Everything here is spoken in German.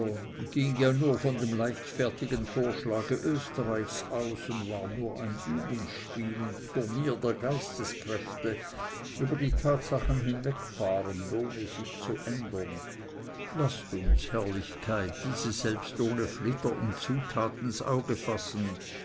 ging ja nur von dem leichtfertigen vorschlage österreichs aus und war nur ein übungsspiel und turnier der geisteskräfte über die tatsachen hingefahren ohne sie zu ändern laßt uns herrlichkeit diese selbst ohne flitter und zutat ins auge fassen